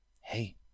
Hey